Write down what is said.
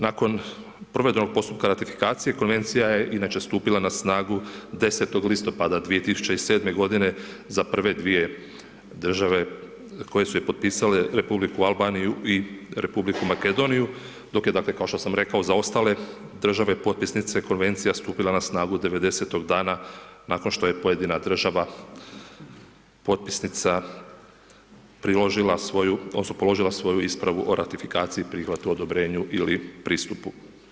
Nakon provedenog postupka ratifikacije, Konvencija je inače stupila na snagu 10. listopada 2007. g. za prve dvije države koje su je potpisale, Republiku Albaniju i Republiku Makedoniju dok je dakle kao što sam rekao, za ostale države potpisnice, Konvencija stupila na snagu 90.-tog dana nakon što je pojedina država potpisnica priložila svoju ispravu o ratifikaciji, prihvatu, odobrenju ili pristupu.